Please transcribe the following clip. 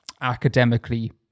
academically